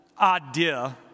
idea